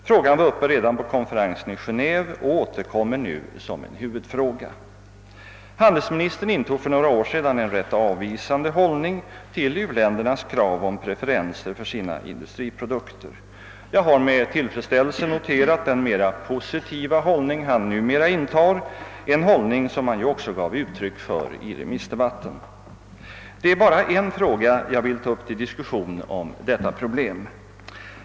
Frågan var uppe redan på konferensen i Geneve och återkommer nu som en huvudfråga. Handelsministern intog för några år sedan en rätt avvisande hållning till uländernas krav om preferenser för sina industriprodukter. Jag har med tillfredsställelse noterat den mera positiva hållning han numera intar, en hållning som han ju också gav uttryck för i remissdebatten. Det är endast en fråga jag vill ta upp till diskussion när det gäller detta problem.